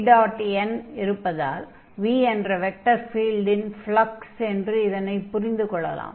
vn இருப்பதால் v என்ற vector ஃபீல்டின் ஃப்லக்ஸ் என்று இதனைப் புரிந்து கொள்ளலாம்